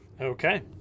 Okay